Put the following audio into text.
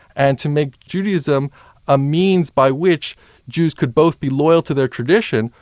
and to make judaism a means by which jews could both be loyal to their tradition,